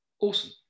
awesome